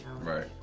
Right